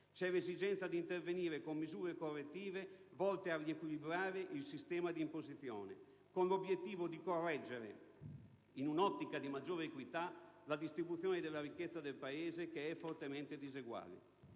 C'è l'esigenza di intervenire con misure correttive volte a riequilibrare il sistema di imposizione con l'obiettivo di correggere, in un'ottica di maggiore equità, la distribuzione della ricchezza nel Paese, che è fortemente diseguale.